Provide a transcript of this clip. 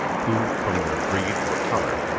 who, from their breed or color,